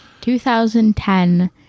2010